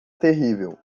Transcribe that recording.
terrível